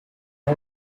has